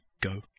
go